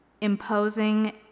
imposing